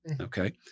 Okay